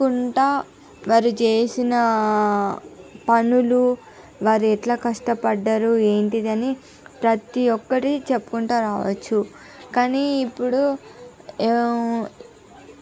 వివరించుకుంటా వారు చేసిన పనులు వారెట్లా కష్టపడ్డారు ఏంటిదని ప్రతి ఒక్కటి చెప్పుకుంటా రావచ్చు కానీ ఇప్పుడు